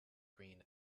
green